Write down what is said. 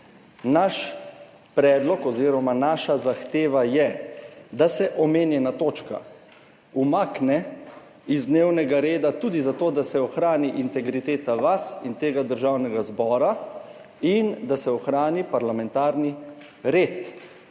Naš predlog oziroma naša zahteva je, da se omenjena točka umakne iz dnevnega reda tudi zato, da se ohrani integriteta vas in tega Državnega zbora, in da se ohrani parlamentarni red